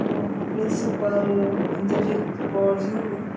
honorary principal Inderjit Kaur ji ਹੋ ਗਏ